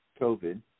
COVID